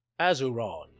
Azuron